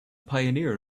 pioneer